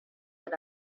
that